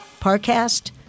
ParCast